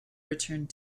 returned